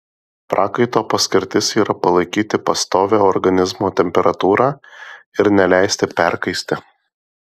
prakaito paskirtis yra palaikyti pastovią organizmo temperatūrą ir neleisti perkaisti